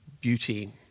beauty